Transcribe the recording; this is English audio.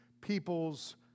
people's